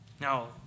Now